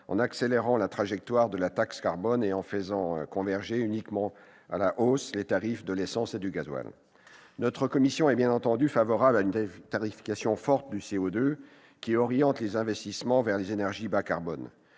en accélérant la trajectoire de la taxe carbone et en faisant converger, uniquement à la hausse, les tarifs del'essence et du gazole. La commission des affaires économiques est bien entendu favorable à une tarification forte du CO2 qui oriente les investissements vers les énergies bas carbone.